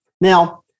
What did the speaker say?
Now